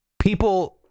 people